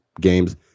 games